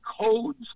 codes